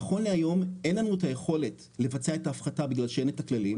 נכון להיום אין לנו את היכולת לבצע את ההפחתה בגלל שאין את הכללים,